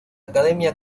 academia